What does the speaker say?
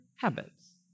habits